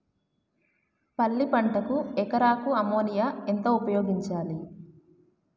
పల్లి పంటకు ఎకరాకు అమోనియా ఎంత ఉపయోగించాలి?